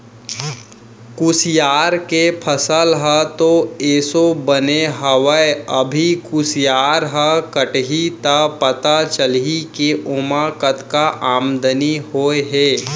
कुसियार के फसल ह तो एसो बने हवय अभी कुसियार ह कटही त पता चलही के ओमा कतका आमदनी होय हे